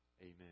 amen